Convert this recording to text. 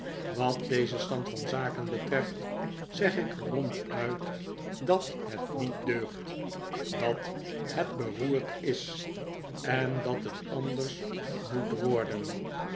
wat deze stand van zaken betreft zeg ik ronduit dat het niet deugt dat het beroerd is en dat het anders moet worden